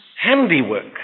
handiwork